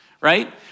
Right